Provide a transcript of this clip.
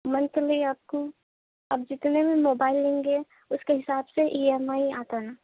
monthly آپ کو آپ جتنے میں موبائل لیں گے اُس کے حساب سے ای ایم آئی آتا ہے